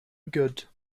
good